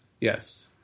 Yes